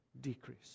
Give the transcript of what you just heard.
decrease